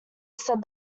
said